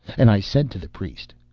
and i said to the priest,